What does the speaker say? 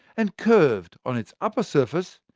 and curved on its upper surface,